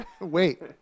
Wait